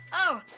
oh,